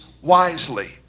wisely